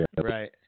Right